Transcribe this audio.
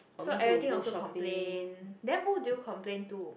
so everything also complain then who do you complain to